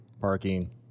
parking